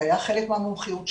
זה היה חלק מהמומחיות שלי.